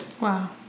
Wow